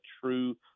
true –